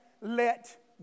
let